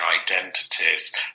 identities